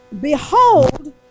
Behold